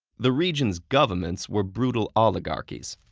the region's governments were brutal oligarchies.